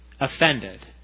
offended